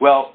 well